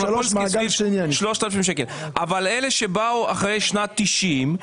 אבל אלה שבאו אחרי שנת 1990,